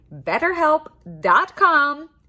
BetterHelp.com